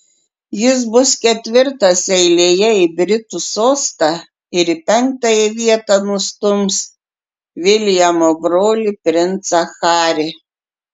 jis bus ketvirtas eilėje į britų sostą ir į penktąją vietą nustums viljamo brolį princą harį